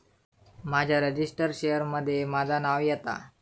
माझ्या registered share मध्ये माझा नाव येता